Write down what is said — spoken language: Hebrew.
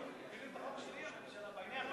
אפילו על החוק שלי הם אמרו שהם לא בעניין,